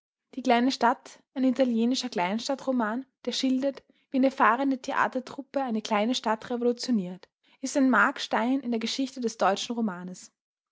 die kleine stadt ein italienischer kleinstadtroman der schildert wie eine fahrende theatertruppe eine kleine stadt revolutioniert ist ein markstein in der geschichte des deutschen romans